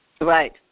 Right